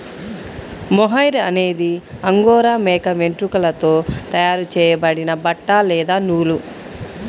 mohair అనేది angora మేక వెంట్రుకలతో తయారు చేయబడిన బట్ట లేదా నూలు